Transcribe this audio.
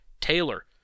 Taylor